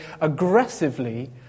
aggressively